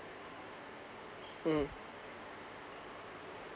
mmhmm